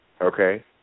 okay